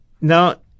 Now